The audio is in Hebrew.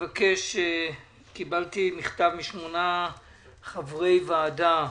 קיבלתי מכתב משמונה חברי ועדה